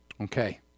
Okay